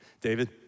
David